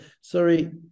Sorry